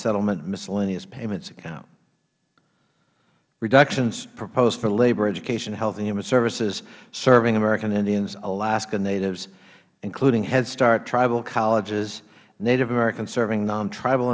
settlement miscellaneous payments account reductions proposed for labor education health and human services serving american indians alaska natives including head start tribal colleges native americans serving nontr